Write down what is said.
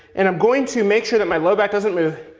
and i'm going to make sure that my low back doesn't move,